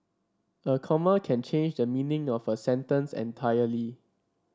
a comma can change the meaning of a sentence entirely